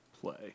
play